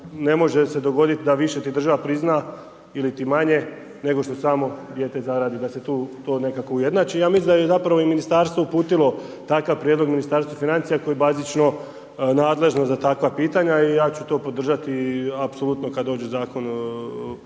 ne može se dogoditi da više ti država prizna ili ti manje, nego što samo dijete zaradi, da se tu, to nekako ujednači. Ja mislim da je zapravo i Ministarstvo uputilo takav prijedlog Ministarstvu financija koje je bazično nadležno za takva pitanja i ja ću to podržati apsolutno kada dođe Zakon